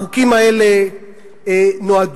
החוקים האלה נועדו,